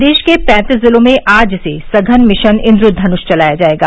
प्रदेश के पैंतीस जिलों में आज से सघन मिशन इंद्रधनुष चलाया जाएगा